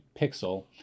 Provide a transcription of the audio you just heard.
pixel